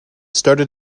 started